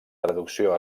traducció